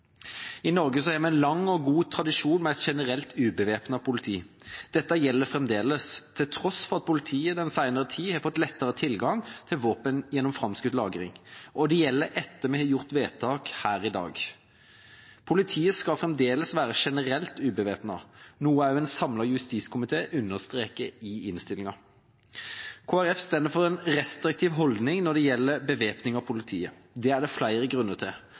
I Norge har vi en lang og god tradisjon med et generelt ubevæpnet politi. Dette gjelder fremdeles, til tross for at politiet den senere tid har fått lettere tilgang til våpen gjennom framskutt lagring. Og det gjelder etter at vi har gjort vedtak her i dag. Politiet skal fremdeles være generelt ubevæpnet, noe også en samlet justiskomité understreker i innstillingen. Kristelig Folkeparti står for en restriktiv holdning når det gjelder bevæpning av politiet. Det er det flere grunner til,